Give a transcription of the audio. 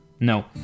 No